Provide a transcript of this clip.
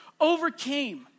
overcame